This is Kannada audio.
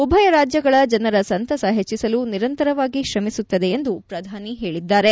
ಉಭಯ ರಾಜ್ಜಗಳ ಜನರ ಸಂತಸ ಹೆಚ್ಚಿಸಲು ನಿರಂತರವಾಗಿ ಶ್ರಮಿಸುತ್ತದೆ ಎಂದು ಪ್ರಧಾನಿ ಹೇಳಿದ್ದಾರೆ